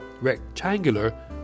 rectangular